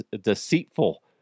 deceitful